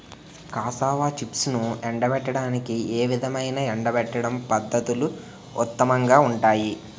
Cassava చిప్స్ను ఎండబెట్టడానికి ఏ విధమైన ఎండబెట్టడం పద్ధతులు ఉత్తమంగా ఉంటాయి?